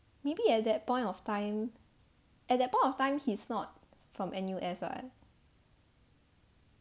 maybe at that point of time at that point of time he's not from N_U_S [what]